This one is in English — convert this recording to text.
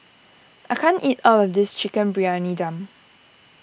I can't eat all of this Chicken Briyani Dum